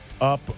up